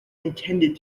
intended